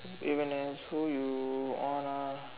Evan and who you on ah